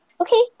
okay